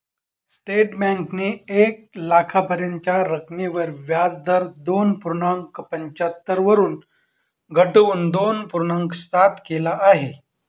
state बँकेने एक लाखापर्यंतच्या रकमेवर व्याजदर दोन पूर्णांक पंच्याहत्तर वरून घटवून दोन पूर्णांक सात केल आहे